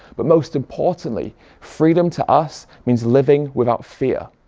but most importantly freedom to us means living without fear,